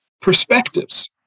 perspectives